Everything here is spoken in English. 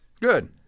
Good